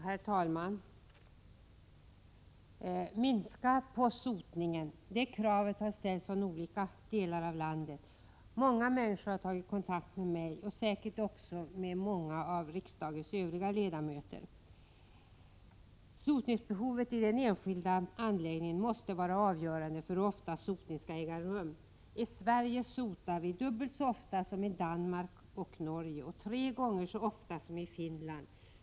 Herr talman! Minska på sotningen! Det kravet har ställts från olika delar av landet. Många människor har tagit kontakt med mig och säkert också med flera av riksdagens övriga ledamöter. Sotningsbehovet i den enskilda anläggningen måste vara avgörande för hur ofta sotning skall äga rum. I Sverige sotar vi dubbelt så ofta som i Danmark och i Norge och tre gånger så ofta som i Finland.